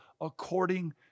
according